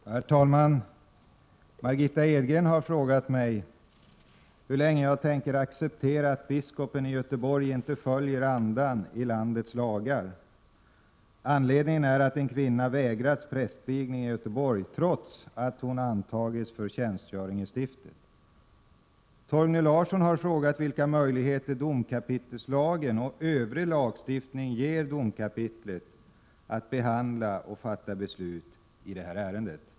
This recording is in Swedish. Herr talman! Margitta Edgren har frågat mig hur länge jag tänker acceptera att biskopen i Göteborg inte följer andan i landets lagar. Anledningen är att en kvinna vägrats prästvigning i Göteborg, trots att hon antagits för tjänstgöring i stiftet. Torgny Larsson har frågat vilka möjligheter domkapitelslagen och övrig lagstiftning ger domkapitlet att behandla och fatta beslut i detta ärende.